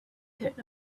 heard